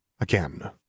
Again